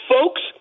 folks